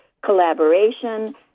collaboration